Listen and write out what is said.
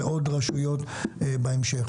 ועוד רשויות בהמשך.